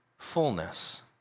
fullness